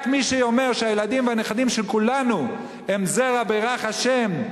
רק מי שאומר שהילדים והנכדים של כולנו הם זרע בירך השם,